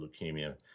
leukemia